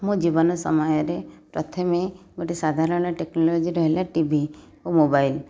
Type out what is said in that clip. ମୋ ଜୀବନ ସମୟରେ ପ୍ରଥମେ ଗୋଟେ ସାଧାରଣ ଟେକ୍ନୋଲୋଜି ରହିଲା ଟି ଭି ଓ ମୋବାଇଲ୍